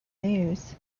news